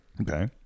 Okay